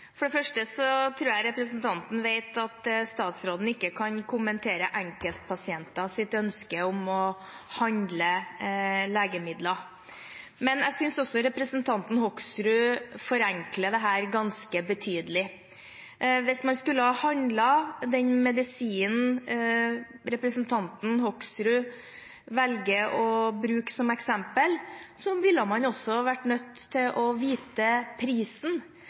For det første tror jeg representanten vet at statsråden ikke kan kommentere enkeltpasienters ønske om å handle legemidler. Men jeg synes også representanten Hoksrud forenkler dette ganske betydelig. Hvis man skulle ha handlet den medisinen representanten Hoksrud velger å bruke som eksempel, ville man også ha vært nødt til å vite prisen.